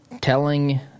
telling